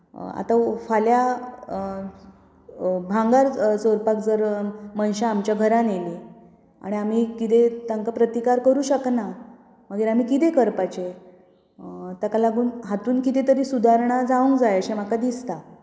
आतां फाल्यां भांगर चोरपाक जर मनशां आमच्या घरांत येयलीं आनी आमी कितें तांकां प्रतिकार करूंक शकना मागीर आमी कितें करपाचें ताका लागून हातूंत कितें तरी सुदारणां जावंक जाय अशें म्हाका दिसता